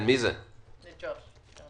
מדויק ומזוקק.